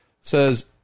says